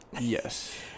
Yes